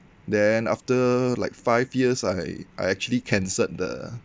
then after like five years I I actually cancelled the